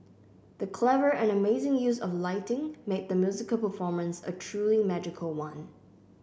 the clever and amazing use of lighting made the musical performance a truly magical one